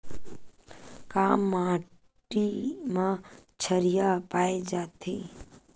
का माटी मा क्षारीय पाए जाथे?